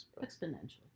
Exponentially